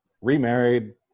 remarried